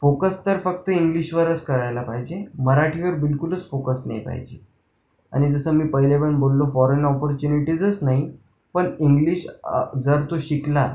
focus तर फक्त इंग्लिशवरच करायला पाहिजे मराठीवर बिलकुलच फोकस नाही पाहिजे आणि जसं मी पहिलेे पण बोललो फॉरेन ऑपॉर्च्युनिटीजच नाही पण इंग्लिश जर तो शिकला